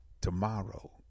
tomorrow